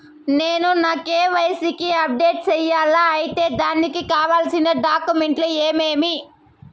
నేను నా కె.వై.సి ని అప్డేట్ సేయాలా? అయితే దానికి కావాల్సిన డాక్యుమెంట్లు ఏమేమీ?